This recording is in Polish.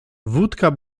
wódka